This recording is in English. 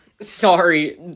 Sorry